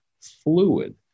fluid